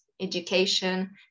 education